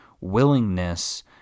willingness